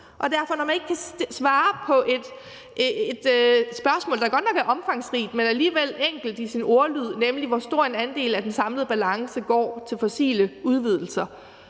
Så når man ikke kan svare på et spørgsmål, der godt nok er omfangsrigt, men alligevel enkelt i sin ordlyd, nemlig hvor stor en andel af den samlede balance der går til fossile udvidelser,